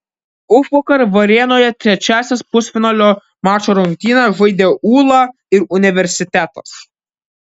užvakar varėnoje trečiąsias pusfinalinio mačo rungtynes žaidė ūla ir universitetas